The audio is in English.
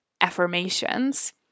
affirmations